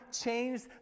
changed